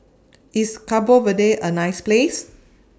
IS Cabo Verde A nice Place